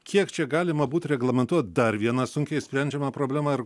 kiek čia galima būt reglamentuot dar viena sunkiai išsprendžiama problema ir